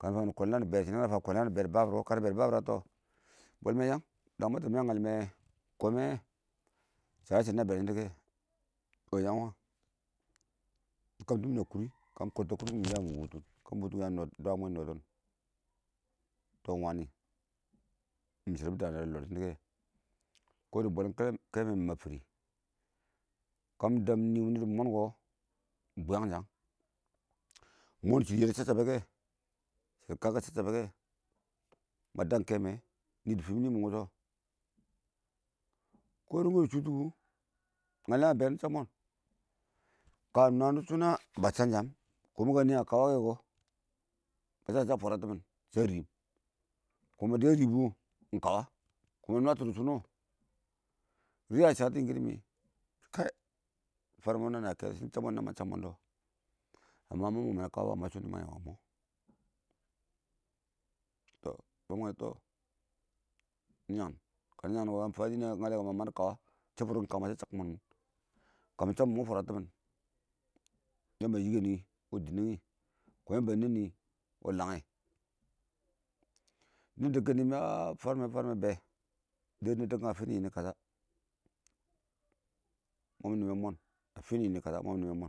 kənɪ fanmɪne kwɛldɛlɛ nɪbɛ oh sho kəna fanbʊ kweldɛlɛ kʊ nɪbɛ dɪ babɪr wɔ bwɔl mɛ yang wɪɪn dang ma tɪn yang ngal mɛ wɛ sham shɪdɔ na bɛ dɪ shɔnɪ kɛ wɔ yang wangɪn bɪ kəmti mɪn a kʊn kə bɪ kəm kɛ ya yʊ dɪ dwa mwɛ iɪng nɔtɪn, tɔnɪwanɪ shɪdɔ bɪ dnwatɔnm dnwatɔnm iɔ dɪ shɪ kɛ kɪɪndɪ bwɛlikɛ lɛ mɪn mab fɪrɪ kə kɛshɛ nɪdɪ mɔn kɔ iɪng bwɪɪnyang shang mɔn kəshɪ ba shɪshɪ ba chab chabe kɛ na dɛb kɛ mwɛ nɪdɪ fibɪn nɪ mɪn wʊshɔ kə wɛ dɪ shʊtʊ kʊ ngalɛ namɪ bɛ chab mɛn kə nwan dɪ shʊn na ba chamb chamb kənɪ a kəwakɛ kɔ ma fʊ sham shɪ sha rɪm kɔn dɪya rɪbʊ iɪngkəwa wɪɪndɪ nwatɔ dɪ shʊn wɔ rɪ yadɪ shatɔ yikkidɪ mɛ kəɪ fanrmɛ wʊnɪ a nayɛ kɛ shɪn chamb mon wʊnɔ na ma chanb kɔn ma mang mɪnɛ kəwa kɔn shanɪ shʊn dɪ mang yɛ mɔ nɪ yangin kə kəmɪ fan nɪnə ngalyɛ kɔ nama mang dʊ kəwa, kəshɪ nɪ chamb mʊn kɔ shɛ fʊddʊ kiɪn kəng ma kəmɪ chamb mɪ shatɔ mɪma fwarati mɪn yamba a yiker wɪɪn dɪ nəngi kɔ yamba a nɛnnɪ wɪɪn lamgɛ nadɛkkəng tɪn mɪ nwatɔn fanrm mɛ bɛ dɛrɪ na dɛbkəm iɪngmɛ mɪ nɪmmen mon a finɪ nɔnɪ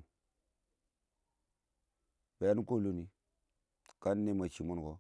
be yanɪ kɪɪn lɔ nɪ kə nɛ mwɛ